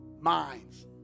minds